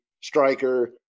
striker